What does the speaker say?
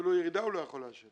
אפילו ירידה הוא לא יכול לאשר.